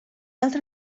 altre